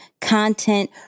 content